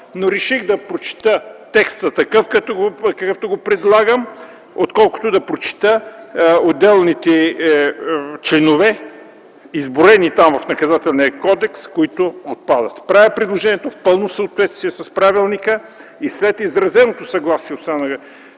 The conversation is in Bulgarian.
Реших да прочета текста такъв, какъвто го предлагам, отколкото да прочета отделните членове, изброени в Наказателния кодекс, които отпадат. Правя предложението в пълно съответствие с Правилника и след изразеното съгласие от страна на